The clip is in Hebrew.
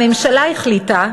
הממשלה החליטה,